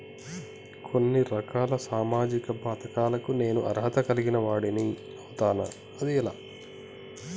కొన్ని రకాల సామాజిక పథకాలకు నేను అర్హత కలిగిన వాడిని అవుతానా? అది ఎలా?